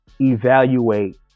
evaluate